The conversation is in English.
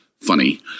funny